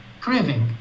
Craving